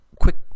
quick